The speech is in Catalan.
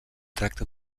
tracta